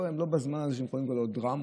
הם לא בזמן הזה שהם יכולים לראות דרמות.